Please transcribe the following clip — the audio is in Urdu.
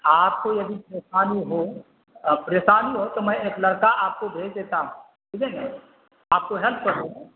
آپ کو یدی پریسانی ہو پریسانی ہو تو میں ایک لرکا آپ کو بھیج دیتا ہوں ٹھیک ہے نا آپ کو ہیلپ کر دیں گے